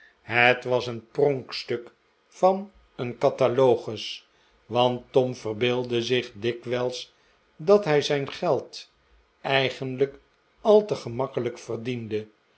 het was een pronkstuk van een catalogus want tom verbeeldde zich dikwijls dat hij zijn geld eigenlijk al te gemakkelijk verdiende